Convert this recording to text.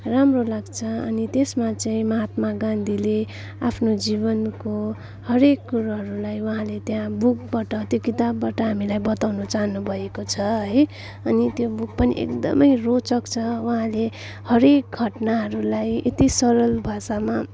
राम्रो लाग्छ अनि त्यसमा चाहिँ महात्मा गान्धीले आफ्नो जीवनको हरएक कुरोहरूलाई उहाँले त्यहाँ बुकबाट त्यो किताबबाट हामीलाई बताउन चाहनु भएको छ है अनि त्यो बुक पनि एकदमै रोचक छ उहाँले हरएक घटनाहरूलाई यति सरल भाषामा